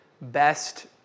best